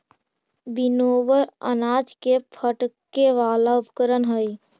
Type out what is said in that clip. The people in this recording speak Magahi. विनोवर अनाज के फटके वाला उपकरण हई